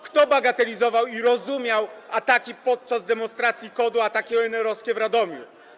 Kto bagatelizował i rozumiał ataki podczas demonstracji KOD-u, ataki ONR-owskie w Radomiu?